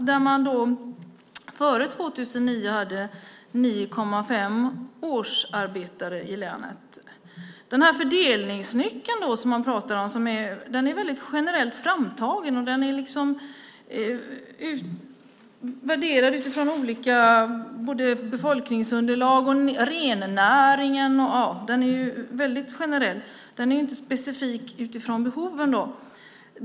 Där hade man före 2009 9,5 årsarbetare i länet. Den här fördelningsnyckeln är väldigt generell, framtagen och värderad utifrån befolkningsunderlag, rennäringen och annat. Ja, den är väldigt generell, inte specifik utifrån behoven.